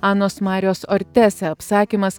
anos marijos orteseapsakymas